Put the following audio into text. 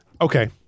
Okay